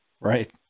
right